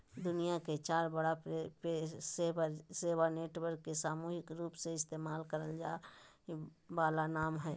दुनिया के चार बड़ा पेशेवर सेवा नेटवर्क के सामूहिक रूपसे इस्तेमाल कइल जा वाला नाम हइ